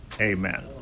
Amen